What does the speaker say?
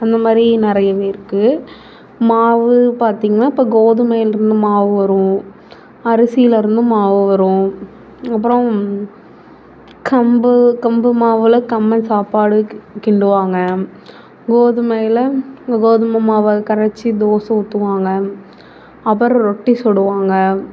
அந்த மாதிரி நிறையவே இருக்குது மாவு பார்த்திங்கன்னா இப்போ கோதுமையிலேருந்து மாவு வரும் அரிசியிலேருந்து மாவு வரும் அப்புறம் கம்பு கம்பு மாவில் கம்மஞ்சாப்பாடு கி கிண்டுவாங்க கோதுமையில் கோதுமை மாவை கரைச்சி தோசை ஊற்றுவாங்க அப்புறம் ரொட்டி சுடுவாங்க